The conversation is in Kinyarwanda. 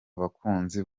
abakunzi